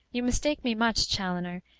you mistake me much, chaloner,